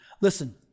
Listen